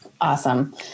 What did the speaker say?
awesome